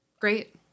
Great